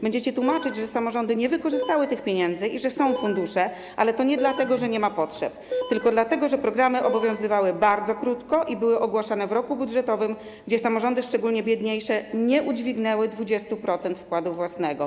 Będziecie tłumaczyć, że samorządy nie wykorzystały tych pieniędzy i że są fundusze, ale to nie dlatego, że nie ma potrzeb, tylko dlatego, że programy obowiązywały bardzo krótko i były ogłaszane w roku budżetowym, a samorządy, szczególnie biedniejsze, nie udźwignęły 20% wkładu własnego.